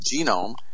genome